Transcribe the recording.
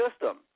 system